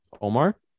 Omar